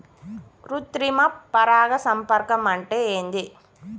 కృత్రిమ పరాగ సంపర్కం అంటే ఏంది?